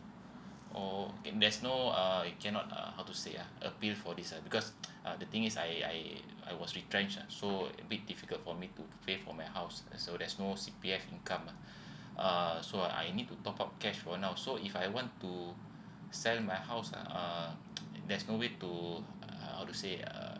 oh there's no uh it cannot uh how to say ah appeal for this ah because uh the thing is I I I was retrenched ah so a bit difficult for me to pay for my house so there's no C_P_F income ah err so I need to top up cash for now so if I want to sell my house uh there's no way to uh how to say err